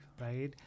right